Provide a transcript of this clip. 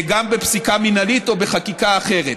גם בפסיקה מינהלית או בחקיקה אחרת.